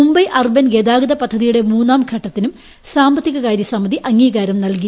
Mumbai urban ഗതാഗത പദ്ധതിയുടെ മൂന്നാം ഘട്ടത്തിനും സാമ്പത്തികകാര്യ സമിതി അംഗീകാരം നല്കി